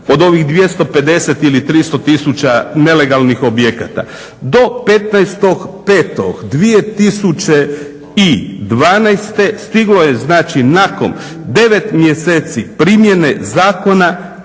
od ovih 250 ili 300 tisuća nelegalnih objekata. Do 15.5.2012. stiglo je znači nakon 9 mjeseci primjene zakona